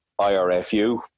IRFU